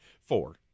Four